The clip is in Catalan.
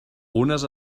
unes